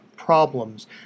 problems